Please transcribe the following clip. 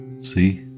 See